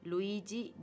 Luigi